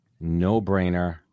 no-brainer